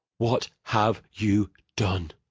what have you done?